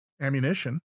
ammunition